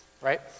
right